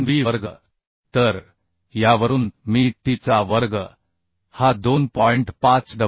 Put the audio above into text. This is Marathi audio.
3 b वर्ग तर यावरून मी t चा वर्ग हा 2